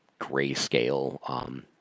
grayscale